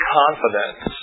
confidence